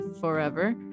forever